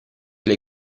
alle